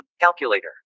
Calculator